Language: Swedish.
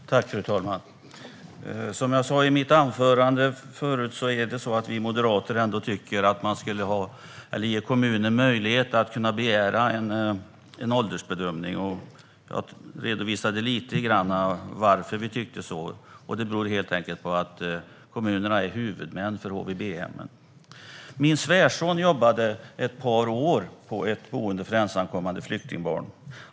Fru talman! Som jag sa i mitt anförande tycker vi moderater att man ska ge kommuner möjlighet att begära en åldersbedömning. Jag redovisade lite grann varför vi tycker det. Det beror helt enkelt på att kommunerna är huvudmän för HVB-hemmen. Min svärson jobbade ett par år på ett boende för ensamkommande flyktingbarn.